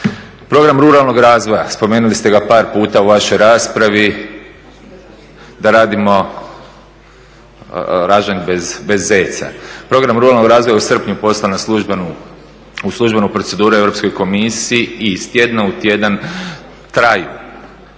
Program ruralnog razvoja. Spomenuli ste ga par puta u vašoj raspravi da radimo ražanj bez zeca. Program ruralnog razvoja u srpnju je poslan u službenu proceduru Europskoj komisiji i iz tjedna u tjedan traju